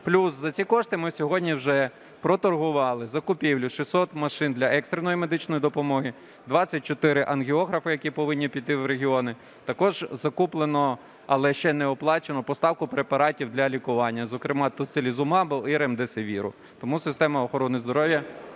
Плюс, за ці кошти ми сьогодні вже проторгували закупівлю 600 машин для екстреної медичної допомоги, 24 ангіографи, які повинні піти в регіони, також закуплено, але ще не оплачено поставку препаратів для лікування, зокрема, тоцилізумабу і ремдесивіру. Тому система охорони здоров'я